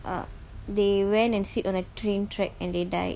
err they went and sit on a train track and they died